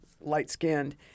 light-skinned